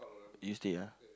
you stay ah